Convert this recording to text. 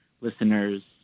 listeners